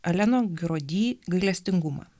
aleno girodi gailestingumą